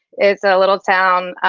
it's a little town.